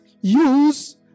use